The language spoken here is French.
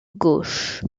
gauche